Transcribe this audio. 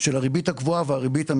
את התפלגות הריביות בבנקים בתקופה האחרונה.